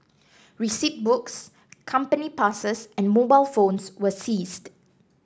receipt books company passes and mobile phones were seized